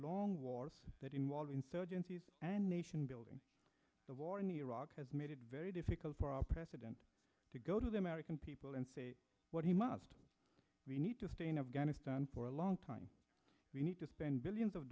long wars that involve insurgencies and nation building the war in iraq has made it very difficult for our president to go to the american people and say what he must we need to stay in afghanistan for a long time we need to spend billions of